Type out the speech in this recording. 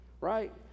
Right